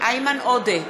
איימן עודה,